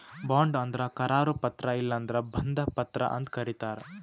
bond ಅಂದ್ರ ಕರಾರು ಪತ್ರ ಇಲ್ಲಂದ್ರ ಬಂಧ ಪತ್ರ ಅಂತ್ ಕರಿತಾರ್